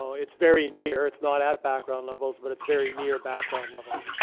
so it's very near, it's not at background levels, but it's very near background levels,